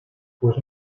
pues